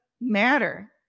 matter